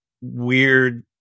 weird